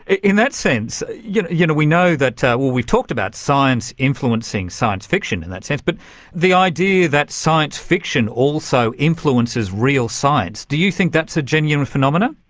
in that sense, you know you know we know, ah well we talked about science influencing science fiction in that sense, but the idea that science fiction also influences real science, do you think that's a genuine phenomenon?